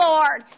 Lord